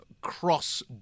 cross